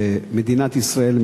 שמדינת ישראל,